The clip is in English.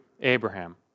Abraham